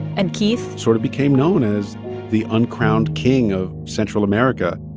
and keith. sort of became known as the uncrowned king of central america